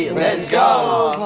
let's go.